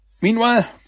Meanwhile